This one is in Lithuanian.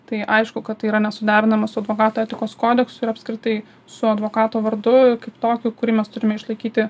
tai aišku kad tai yra nesuderinama su advokato etikos kodeksu ir apskritai su advokato vardu kaip tokiu kurį mes turime išlaikyti